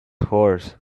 horse